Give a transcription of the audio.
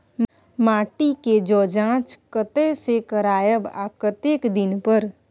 माटी के ज जॉंच कतय से करायब आ कतेक दिन पर?